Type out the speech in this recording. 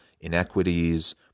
inequities